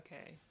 okay